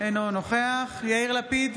אינו נוכח יאיר לפיד,